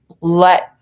let